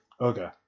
Okay